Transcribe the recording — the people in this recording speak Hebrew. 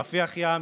רפיח ים,